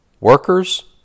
workers